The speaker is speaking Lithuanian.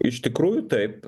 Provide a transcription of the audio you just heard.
iš tikrųjų taip